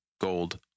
gold